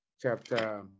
chapter